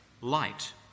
light